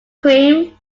cream